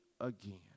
again